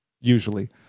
usually